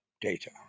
data